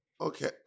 Okay